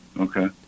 Okay